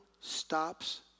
stops